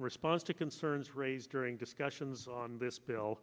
response to concerns raised during discussions on this bill